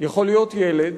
יכול להיות ילד,